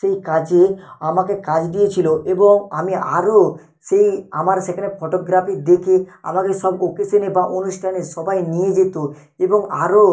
সেই কাজে আমাকে কাজ দিয়েছিল এবং আমি আরও সেই আমার সেখানে ফটোগ্রাফি দেখে আমাকে সব অকেশানে বা অনুষ্ঠানে সবাই নিয়ে যেতো এবং আরও